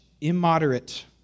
Immoderate